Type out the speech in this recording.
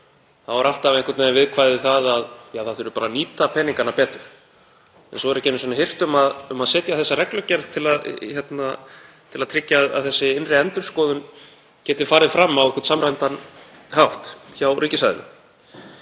þá er alltaf einhvern veginn viðkvæðið að það þurfi bara að nýta peningana betur en svo er ekki einu sinni hirt um að setja þessa reglugerð til að tryggja að innri endurskoðun geti farið fram á samræmdan hátt hjá ríkisaðilum.